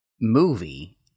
movie